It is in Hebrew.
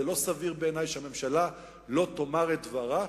זה לא סביר בעיני שהממשלה לא תאמר את דברה